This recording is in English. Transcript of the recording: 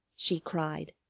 she cried.